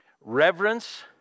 reverence